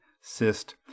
cyst